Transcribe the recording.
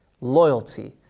Loyalty